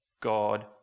God